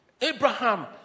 Abraham